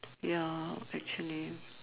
ya actually